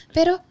Pero